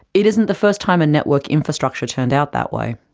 it isn't the first time a network infrastructure turned out that way.